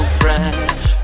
fresh